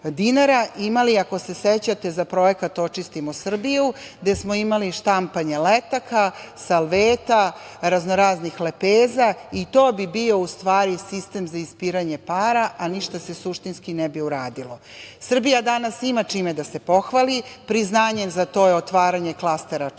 imali, ako se sećate za projekat „Očistimo Srbiju“, gde smo imali štampanje letaka, salveta, raznoraznih lepeza i to bi bio, u stvari, sistem za ispiranje para, a ništa se suštinski ne bi uradilo. Srbija dana sima čime da se pohvali. Priznanje za to je otvaranje Klastera 4